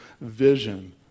vision